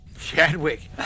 Chadwick